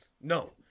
no